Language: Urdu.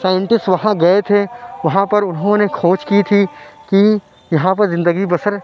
سائنٹسٹ وہاں گئے تھے وہاں پر انہوں نے کھوج کی تھی کہ یہاں پہ زندگی بسر